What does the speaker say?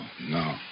no